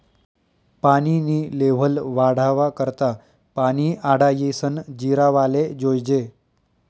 पानी नी लेव्हल वाढावा करता पानी आडायीसन जिरावाले जोयजे